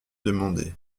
demander